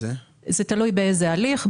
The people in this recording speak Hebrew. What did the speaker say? זה תלוי בסוג ההליך.